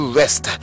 rest